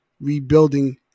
rebuilding